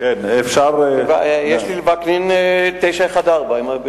יש לי תשובה על שאילתא 914 של וקנין.